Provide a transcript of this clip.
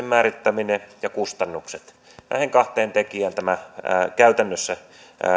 määrittäminen ja kustannukset näihin kahteen tekijään tämä käytännössä